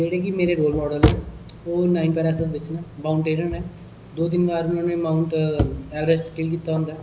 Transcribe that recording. जेहडे़ कि मेरे रोल माॅडल ना ओह् ना नाइन पेरा दे माउटेनर ना दो तिन बार उनें माउटं एवर्स्ट कीते दा होंदा ऐ